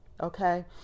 okay